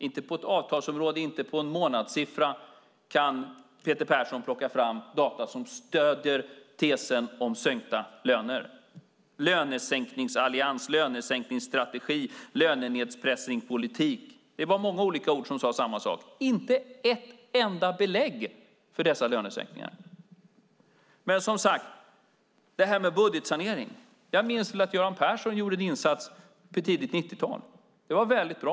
Inte på ett avtalsområde, inte på en månadssiffra kan Peter Persson plocka fram data som stöder tesen om sänkta löner. Lönesänkningsallians, lönesänkningsstrategi, lönenedpressningspolitik - det var många olika ord som sade samma sak. Inte ett enda belägg för dessa lönesänkningar. När det gäller budgetsanering minns jag väl att Göran Persson gjorde en insats i tidigt 90-tal. Det var väldigt bra.